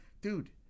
dude